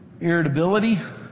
irritability